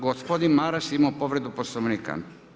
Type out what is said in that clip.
Gospodin Maras ima povredu Poslovnika.